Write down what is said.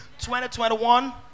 2021